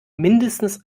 mindestens